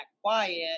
quiet